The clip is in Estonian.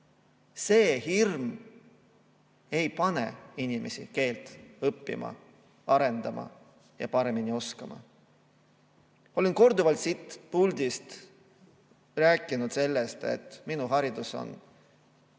see hirm ei pane inimesi keelt õppima, [keeleoskust] arendama ja [keelt] paremini oskama. Olen korduvalt siit puldist rääkinud sellest, et minu haridus on